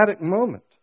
moment